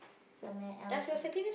somewhere else lah